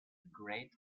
great